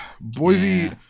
Boise